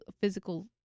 physical